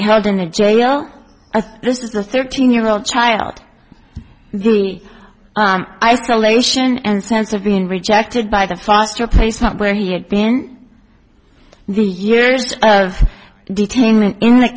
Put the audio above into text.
held in a jail as this is a thirteen year old child the isolation and sense of being rejected by the foster placement where he had been the years of detain